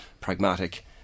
pragmatic